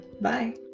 Bye